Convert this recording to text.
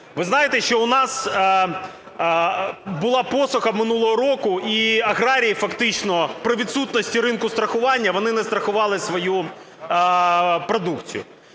Ви знаєте, що у нас була посуха минулого року, і аграрії фактично при відсутності ринку страхування вони не страхували свою продукцію.